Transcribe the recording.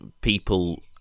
people